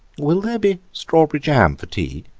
will there be strawberry jam for tea?